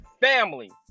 family